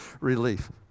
relief